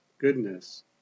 goodness